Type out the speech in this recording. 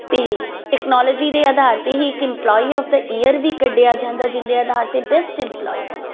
ਤੇ ਟੈਕਨੋਲੋਜੀ ਦੇ ਆਧਾਰ ਤੇ ਹੀ ਇੱਕ ਇਮਪਲੋਈ ਆਫ ਦ ਈਅਰ ਵੀ ਕੱਢਿਆ ਜਾਂਦਾ ਜਿਹਦੇ ਆਧਾਰ ਤੇ ਬੈਸਟ ਇਮਪਲੋਈ ਨੂੰ